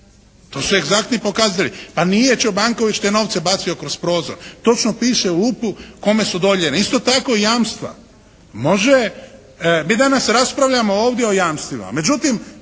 To su egzaktni pokazatelji. Pa nije Čobanković te novce bacio kroz prozor. Točno piše u … /Govornik se ne razumije./ … kome su dodijeljeni. Isto tako i jamstva. Može, mi danas raspravljamo ovdje o jamstvima.